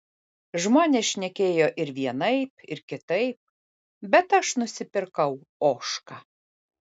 žmonės šnekėjo ir vienaip ir kitaip bet aš nusipirkau ožką